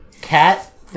cat